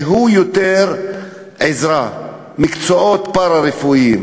הוא יותר עזרה במקצועות פארה-רפואיים,